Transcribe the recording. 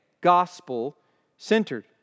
gospel-centered